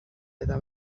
eta